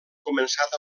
començat